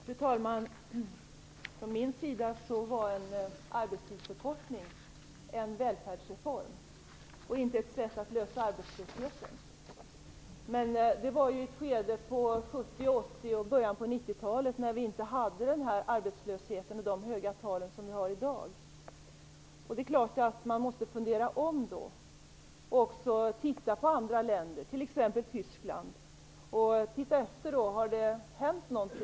Fru talman! Från min sida var avsikten med en arbetstidsförkortning att skapa en välfärdsreform och inte ett sätt att lösa problemet med arbetslösheten. Men det var i ett skede på 70-, 80 och början av 90 talen, när vi inte hade de höga talen för arbetslösheten som vi har i dag. Det är klart att man måste tänka om och även titta på andra länder, t.ex. Tyskland. Man får titta efter om det har hänt någonting.